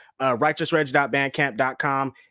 RighteousReg.bandcamp.com